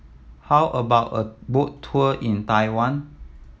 how about a boat tour in Taiwan